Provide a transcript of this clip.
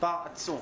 מספר עצום.